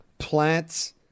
Plants